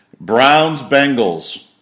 Browns-Bengals